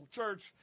church